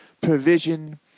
provision